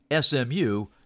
SMU